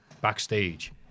backstage